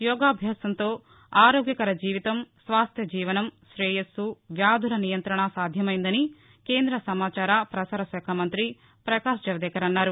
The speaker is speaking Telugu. యోగాభ్యాసంతో ఆరోగ్యకర జీవితం స్వాస్థ్య జీవనం శ్రేయస్సు వ్యాధుల నియం్రణ సాధ్యమైందని కేంద్ర సమాచార ప్రసార శాఖ మంతి ప్రకాష్ జవదేకర్ అన్నారు